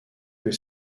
que